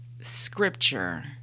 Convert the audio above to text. scripture